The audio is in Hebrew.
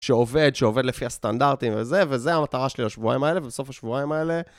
שעובד, שעובד לפי הסטנדרטים וזה, וזו המטרה שלי בשבועיים האלה, ובסוף השבועיים האלה...